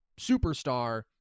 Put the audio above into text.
superstar